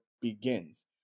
begins